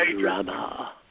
drama